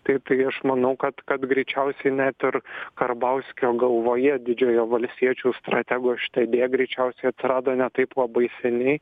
taip tai aš manau kad kad greičiausiai net ir karbauskio galvoje didžiojo valstiečių stratego šita idėja greičiausiai atsirado ne taip labai seniai